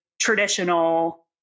traditional